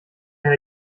herr